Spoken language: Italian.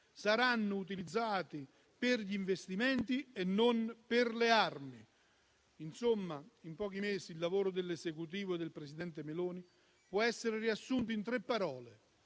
saranno utilizzati per gli investimenti e non per le armi. Insomma, in pochi mesi il lavoro dell'Esecutivo e del presidente Meloni può essere riassunto in tre parole: